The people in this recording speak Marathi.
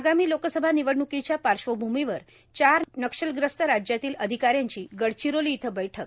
आगामी लोकसभा निवडणुकीच्या पार्श्वभूमीवर चार नक्षलग्रस्त राज्यांतील अधिकाऱ्यांची गडचिरोली इथं बैठक